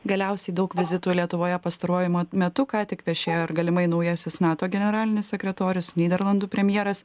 galiausiai daug vizitų lietuvoje pastaruoju metu ką tik viešėjo ir galimai naujasis nato generalinis sekretorius nyderlandų premjeras